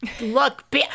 look